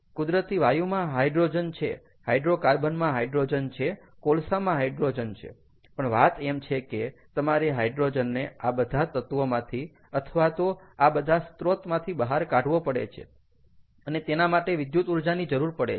કુદરતી વાયુમાં હાઈડ્રોજન છે હાઇડ્રોકાર્બનમાં હાઈડ્રોજન છે કોલસામાં હાઈડ્રોજન છે પણ વાત એમ છે કે તમારે હાઇડ્રોજનને આ બધા તત્ત્વોમાંથી અથવા તો આ બધા સ્ત્રોતમાંથી બહાર કાઢવો પડે છે અને તેના માટે વિદ્યુત ઊર્જાની જરૂર પડે છે